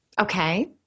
Okay